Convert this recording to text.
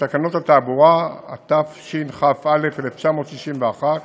לתקנות התעבורה, התשכ"א 1961,